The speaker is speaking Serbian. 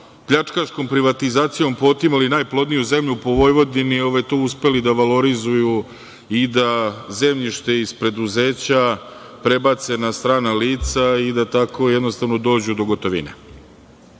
pljačkaškom privatizacijom pootimali najplodniju zemlju po Vojvodini to uspeli da valorizuju i da zemljište iz preduzeća prebace na strana lica i da tako jednostavno dođu do gotovine.